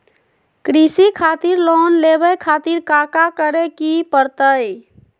कृषि खातिर लोन लेवे खातिर काका करे की परतई?